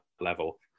level